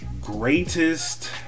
greatest